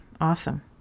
Awesome